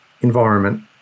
environment